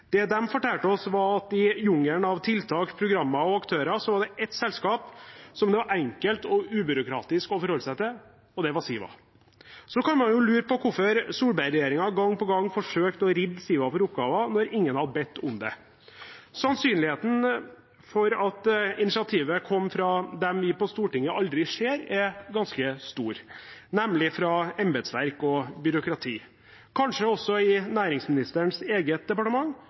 Det de fortalte oss, var at i jungelen av tiltak, programmer og aktører, var det ett selskap det var enkelt og ubyråkratisk å forholde seg til, og det var Siva. Man kan jo lure på hvorfor Solberg-regjeringen gang på gang forsøkte å ribbe Siva for oppgaver når ingen hadde bedt om det. Sannsynligheten er ganske stor for at initiativet kom fra dem vi på Stortinget aldri ser, nemlig fra embetsverk og byråkrati – kanskje også i næringsministerens eget departement,